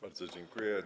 Bardzo dziękuję.